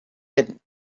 hidden